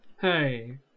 Hey